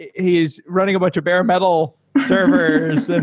he's running a bunch of bare-metal servers. and